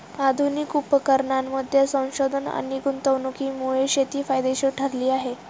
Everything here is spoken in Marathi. आधुनिक उपकरणांमध्ये संशोधन आणि गुंतवणुकीमुळे शेती फायदेशीर ठरली आहे